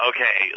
Okay